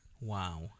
Wow